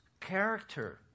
character